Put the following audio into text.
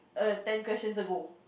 err ten questions ago